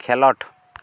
ᱠᱷᱮᱞᱳᱰ